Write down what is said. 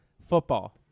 Football